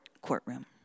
courtroom